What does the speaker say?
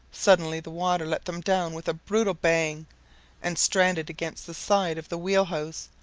suddenly the water let them down with a brutal bang and, stranded against the side of the wheelhouse,